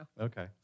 Okay